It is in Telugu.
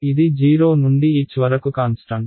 ఇది 0 నుండి h వరకు కాన్స్టాంట్